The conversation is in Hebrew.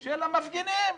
של המפגינים,